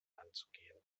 anzugehen